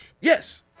yes